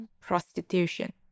Prostitution